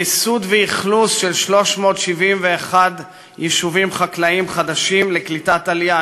ייסוד ואכלוס של 371 יישובים חקלאיים חדשים לקליטת עלייה.